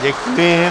Děkuji.